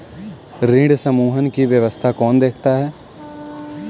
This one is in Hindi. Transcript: ऋण समूहन की व्यवस्था कौन देखता है?